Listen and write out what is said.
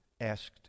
Asked